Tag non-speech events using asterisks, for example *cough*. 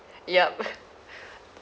yup *breath*